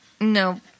No